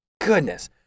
goodness